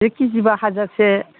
एक किजि बा हाजारसे